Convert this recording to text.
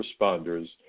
responders